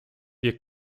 wir